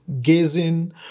gazing